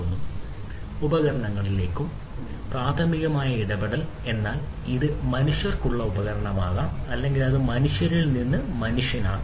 ഉപകരണങ്ങളിലേക്കും ഉപകരണങ്ങളിലേക്കും പ്രാഥമികമായി ഇടപെടൽ എന്നാൽ ഇത് മനുഷ്യർക്കുള്ള ഉപകരണമാകാം അല്ലെങ്കിൽ അത് മനുഷ്യനിൽ നിന്ന് മനുഷ്യനാകാം